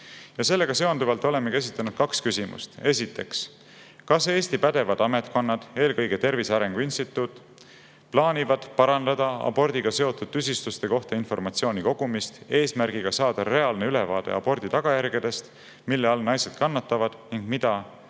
Sellega seonduvalt olemegi esitanud kaks küsimust. Esiteks: "Kas Eesti pädevad ametkonnad (eelkõige Tervise Arengu Instituut), plaanivad parandada abordiga seotud tüsistuste kohta informatsiooni kogumist, eesmärgiga saada reaalne ülevaade abordi tagajärgedest, mille all naised kannatavad, ning anda